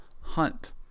hunt